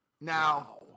Now